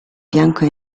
bianco